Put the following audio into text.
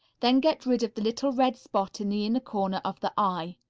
then get rid of the little red spot in the inner corner of the eye.